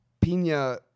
Pina